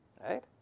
Right